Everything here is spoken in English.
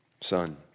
son